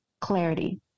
clarity